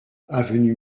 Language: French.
avenue